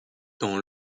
dans